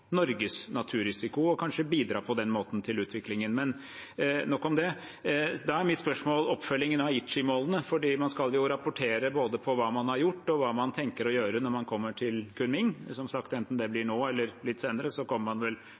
Norges naturrisiko og kanskje på den måten bidra til utviklingen. Men nok om det. Mitt spørsmål gjelder oppfølgingen av Aichi-målene. Man skal rapportere på både hva man har gjort, og hva man tenker å gjøre når man kommer til Kunming – enten det blir nå eller litt senere, så kommer man vel